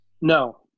No